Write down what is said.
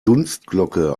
dunstglocke